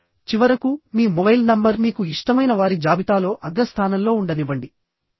చివరకు మీ mobile number మీకు ఇష్టమైన వారి జాబితాలో అగ్రస్థానంలో ఉండనివ్వండి